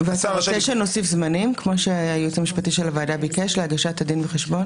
והשר רשאי --- ואתה רוצה שנוסיף זמנים להגשת הדין וחשבון,